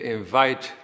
invite